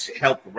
help